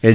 H